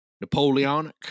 Napoleonic